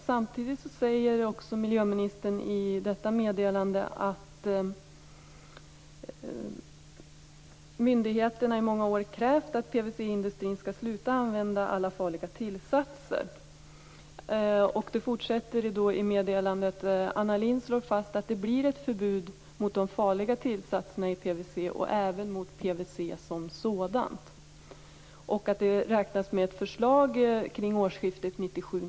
Samtidigt säger miljöministern i detta meddelande att myndigheterna i många år krävt att PVC-industrin skall sluta använda alla farliga tillsatser. I meddelandet slog Anna Lindh fast att det blir ett förbud mot de farliga tillsatserna i PVC och även mot PVC som sådant och att ett förslag räknades med kring årsskiftet 1997/98.